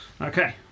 Okay